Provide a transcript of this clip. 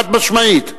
חד-משמעית.